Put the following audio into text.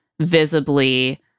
visibly